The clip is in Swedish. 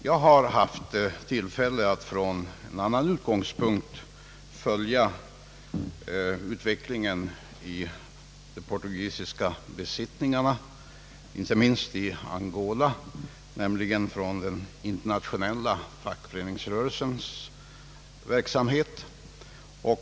Jag har haft tillfälle att från en annan utgångspunkt följa utvecklingen i de portugisiska besittningarna, inte minst i Angola, nämligen genom den internationella fackföreningsrörelsens verksamhet.